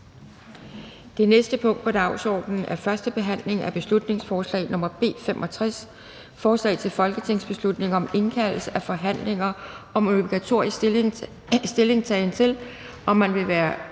Det næste punkt på dagsordenen er: 8) 1. behandling af beslutningsforslag nr. B 65: Forslag til folketingsbeslutning om indkaldelse til forhandlinger om obligatorisk stillingtagen til, om man vil være